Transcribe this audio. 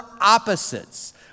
opposites